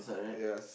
yes